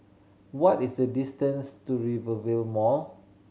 what is the distance to Rivervale Mall